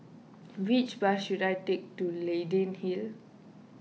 which bus should I take to Leyden Hill